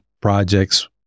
projects